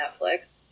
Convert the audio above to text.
Netflix